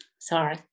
sorry